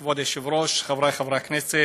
כבוד היושב-ראש, חבריי חברי הכנסת,